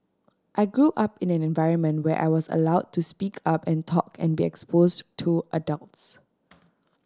I grew up in an environment where I was allowed to speak up and talk and be exposed to adults